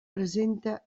presenta